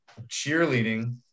cheerleading